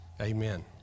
amen